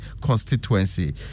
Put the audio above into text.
constituency